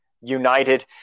united